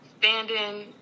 standing